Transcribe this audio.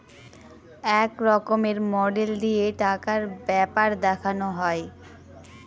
এক রকমের মডেল দিয়ে টাকার ব্যাপার দেখানো হয়